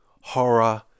horror